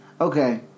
Okay